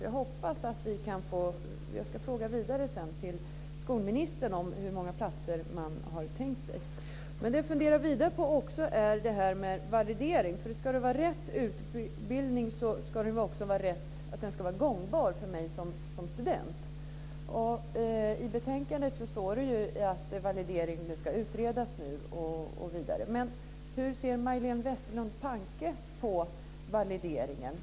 Jag ska sedan ställa frågan vidare till skolministern om hur många platser man har tänkt sig. Men det som jag funderar vidare på också är detta med validering, för ska det vara rätt utbildning ska den också vara gångbar för mig som student. I betänkandet står det att validering ska utredas nu. Men hur ser Majléne Westerlund Panke på valideringen?